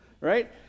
right